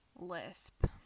lisp